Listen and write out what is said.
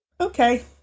okay